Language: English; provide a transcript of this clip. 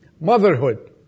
motherhood